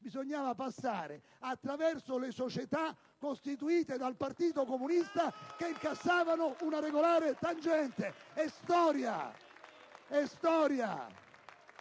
bisognava passare attraverso le società costituite dal Partito comunista, che incassavano una regolare tangente! È storia! Poi